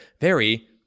very-